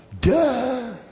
duh